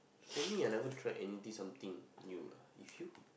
for me I never try anything something new lah if you